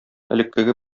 элеккеге